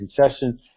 concession